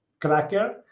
cracker